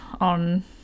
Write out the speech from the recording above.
on